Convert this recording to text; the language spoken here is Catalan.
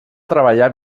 treballar